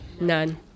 none